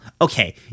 Okay